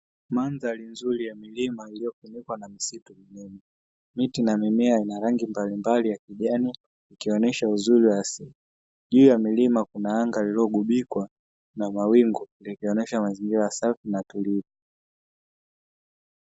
Mandhari nzuri ya milima iliyozungukwa na misitu minene, miti na mimea ina rangi mbalimbali ya kijani ikionesha uzuri wa asili. Juu ya milima kuna anga lililogubikwa na mawingu likionyesha mazingira safi na tulivu.